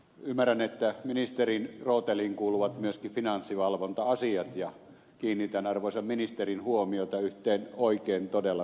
ymmärrän että ministerin rooteliin kuuluvat myöskin finanssivalvonta asiat ja kiinnitän arvoisan ministerin huomiota yhteen oikein todella merkittävään asiaan